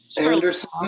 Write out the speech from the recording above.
Anderson